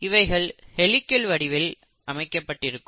இவைகள் ஹெலிகள் வடிவில் அமைக்கப்பட்டிருக்கும்